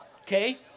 Okay